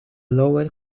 lower